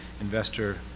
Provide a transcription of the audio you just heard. investor